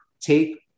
take